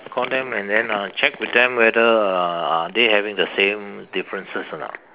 call them and then uh check with them whether are are they having the same differences or not